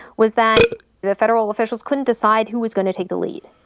was that the federal officials couldn't decide who was going to take the lead.